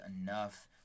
enough